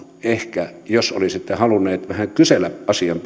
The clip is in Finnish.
ehkä jos olisitte halunnut vähän kysellä asian